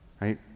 right